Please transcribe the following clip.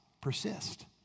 persist